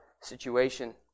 situation